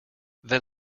then